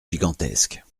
gigantesques